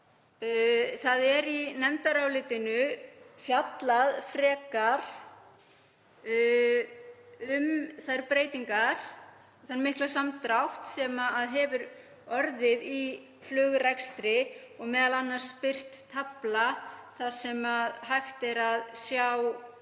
Íslandi. Í nefndarálitinu er fjallað frekar um þær breytingar, þann mikla samdrátt sem hefur orðið í flugrekstri, og m.a. birt tafla þar sem hægt er að sjá